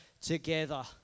together